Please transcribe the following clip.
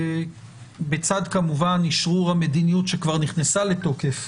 בצד כמובן אשרור המדיניות שכבר נכנסה לתוקף